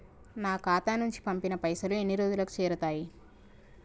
నా ఖాతా నుంచి పంపిన పైసలు ఎన్ని రోజులకు చేరుతయ్?